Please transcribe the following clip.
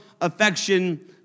affection